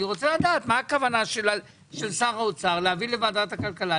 ואני רוצה לדעת מה הכוונה של שר האוצר להביא לוועדת הכלכלה.